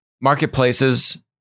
marketplaces